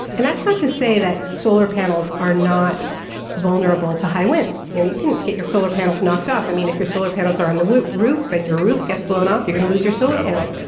and that's not to say that solar panels are not vulnerable to high winds. you know you can get your solar panels knocked off. i mean if your solar panels are on the roof and your roof gets blown off, you're going to lose your solar panels.